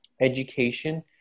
education